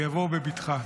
ויבואו בבטחה.